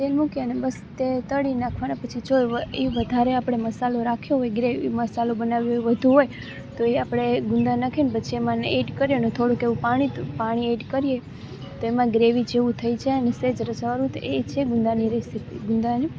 તેલ મૂકી અને બસ તે તળી નાંખવાના પછી જો એ વધારે આપણે મસાલો રાખ્યો હોય ગ્રેવી મસાલો બનાવ્યો એ વધુ હોય તો એ આપણે ગુંદા નાખી ને પછી એમાં એને એડ કરી અને થોડુંક એવું પાણી પાણી એડ કરીએ તો એમાં ગ્રેવી જેવું થઈ જાય અને સહેજ રસાવાળું તો એ છે ગુંદાની રેસીપી ગુંદાની